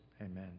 Amen